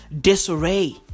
disarray